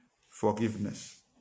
forgiveness